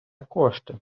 кошти